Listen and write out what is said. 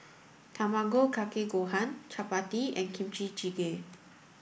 Tamago Kake Gohan Chapati and Kimchi jjigae